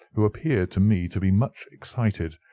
who appeared to me to be much excited,